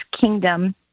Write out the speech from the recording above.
kingdom